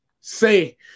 Say